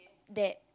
that